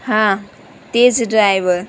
હા તે જ ડ્રાઈવર